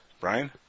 Brian